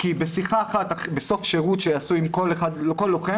בשיחה אחת בסוף שירות שיעשו עם כל לוחם,